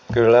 kyllä